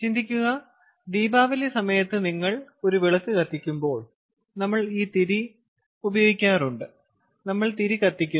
ചിന്തിക്കുക ദീപാവലി സമയത്ത് നിങ്ങൾ ഒരു വിളക്ക് കത്തിക്കുമ്പോൾ നമ്മൾക്ക് ഈ തിരി ഉണ്ട് നമ്മൾ തിരി കത്തിക്കുന്നു